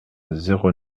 zéro